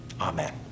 Amen